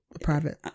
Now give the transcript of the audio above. private